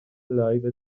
لایو